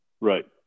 Right